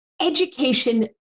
education